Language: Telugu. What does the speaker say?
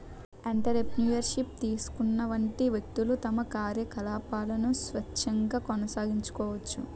ఎంటర్ప్రెన్యూర్ షిప్ తీసుకున్నటువంటి వ్యక్తులు తమ కార్యకలాపాలను స్వేచ్ఛగా కొనసాగించుకోవచ్చు